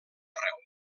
arreu